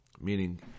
Meaning